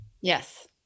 Yes